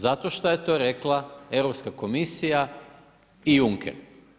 Zato što je to rekla Europska komisija i Juncker.